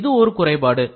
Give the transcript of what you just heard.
இது ஒரு குறைபாடு